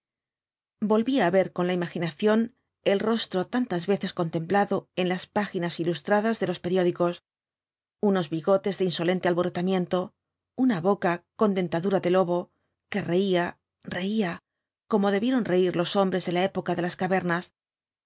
volvía á ver con la imaginación el rostro tantas veces contemplado en las páginas ilustradas de los periódicos unos bigotes de insolente alborotamiento una boca con dentadura de lobo que reía reía como debieron reir los hombres de la época de las cavernas